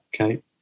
Okay